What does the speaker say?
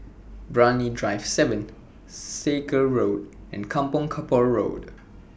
Brani Drive seven Sakra Road and Kampong Kapor Road